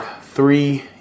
three